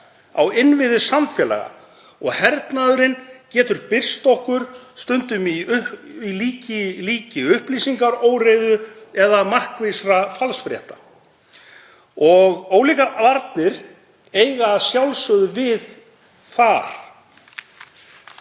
á innviði samfélaga og hernaðurinn getur birst okkur stundum í líki upplýsingaóreiðu eða markvissra falsfrétta. Ólíkar varnir eiga að sjálfsögðu við þar.